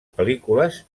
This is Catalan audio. pel·lícules